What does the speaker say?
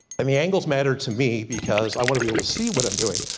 i mean angles matter to me, because i want to be able to see what i'm doing.